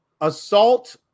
assault